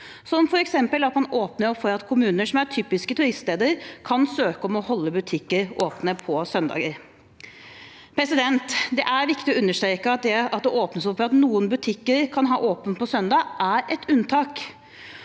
som f.eks. at man åpner opp for at kommuner som er typiske turiststeder, kan søke om å holde butikker åpne på søndager. Det er viktig å understreke at det at det åpnes opp for at noen butikker kan ha åpent på søndager, er et